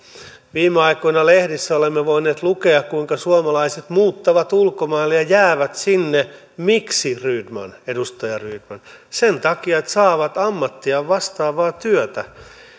viime aikoina lehdistä olemme voineet lukea kuinka suomalaiset muuttavat ulkomaille ja jäävät sinne miksi edustaja rydman sen takia että saavat ammattiaan vastaavaa työtä